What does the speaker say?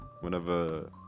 whenever